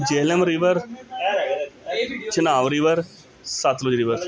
Jhelum river Chenab river Sutlej river